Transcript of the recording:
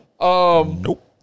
Nope